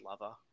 lover